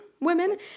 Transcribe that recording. women